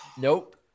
Nope